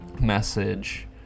message